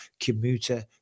commuter